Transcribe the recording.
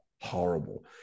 horrible